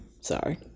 Sorry